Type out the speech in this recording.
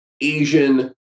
Asian